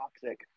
toxic